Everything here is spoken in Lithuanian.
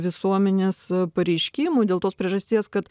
visuomenės pareiškimų dėl tos priežasties kad